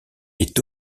est